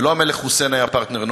ולא המלך חוסיין היה פרטנר נוח,